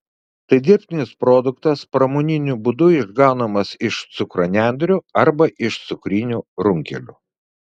tai dirbtinis produktas pramoniniu būdu išgaunamas iš cukranendrių arba iš cukrinių runkelių